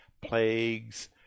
plagues